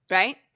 right